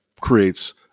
creates